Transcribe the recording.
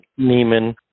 Neiman